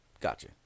Gotcha